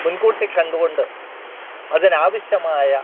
മുൻകൂട്ടി കണ്ടു കൊണ്ട് അതിനാവശ്യമായ